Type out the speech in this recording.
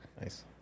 Nice